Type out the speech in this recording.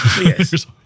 yes